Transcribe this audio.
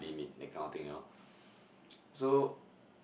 limit that kind of thing you know so